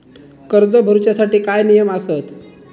कर्ज भरूच्या साठी काय नियम आसत?